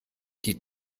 die